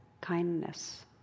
kindness